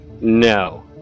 no